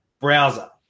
browser